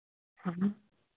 हाँ